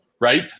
right